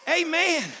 Amen